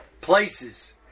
places